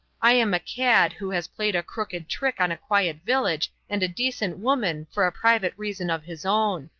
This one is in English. i am a cad who has played a crooked trick on a quiet village and a decent woman for a private reason of his own.